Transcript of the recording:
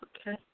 Okay